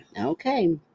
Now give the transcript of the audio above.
okay